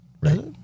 Right